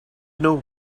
know